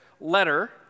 letter